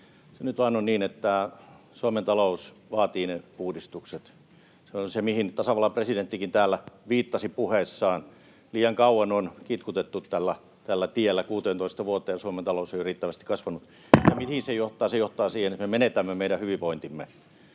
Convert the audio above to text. Nyt vaan on niin, että Suomen talous vaatii ne uudistukset. Se on se, mihin tasavallan presidenttikin täällä viittasi puheessaan. Liian kauan on kitkutettu tällä tiellä, 16 vuoteen Suomen talous ei ole riittävästi kasvanut. Ja mihin se johtaa? Se johtaa siihen, että me menetämme meidän hyvinvointimme.